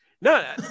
no